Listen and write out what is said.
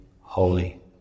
holy